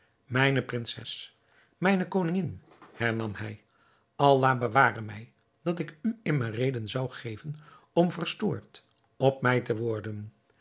mijne prinses mijne koningin hernam hij allah beware mij dat ik u immer reden zou geven om verstoord op mij te worden